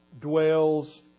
dwells